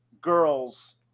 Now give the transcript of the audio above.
girls